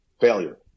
failure